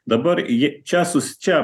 dabar ji čia sus čia